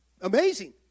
amazing